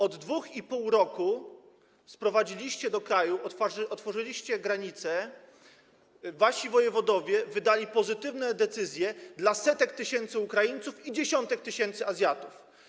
Od 2,5 roku sprowadziliście do kraju, otworzyliście granice, wasi wojewodowie wydali pozytywne decyzje dla setek tysięcy Ukraińców i dziesiątek tysięcy Azjatów.